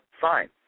fine